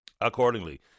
accordingly